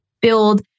build